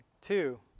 Two